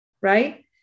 right